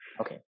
Okay